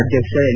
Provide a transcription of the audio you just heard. ಅಧ್ಯಕ್ಷ ಎನ್